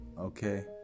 okay